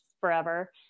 forever